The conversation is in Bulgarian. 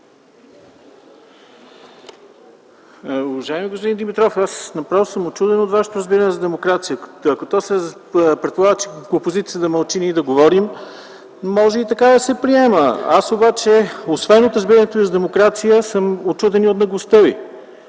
Уважаеми господин Димитров, аз направо съм учуден от Вашето разбиране за демокрация. То предполага „опозицията да мълчи, а ние да говорим”, може и така да се приема. Аз обаче, освен от разбирането Ви за демокрация, съм учуден и от наглостта